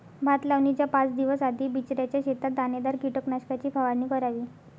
भात लावणीच्या पाच दिवस आधी बिचऱ्याच्या शेतात दाणेदार कीटकनाशकाची फवारणी करावी